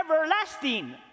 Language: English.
everlasting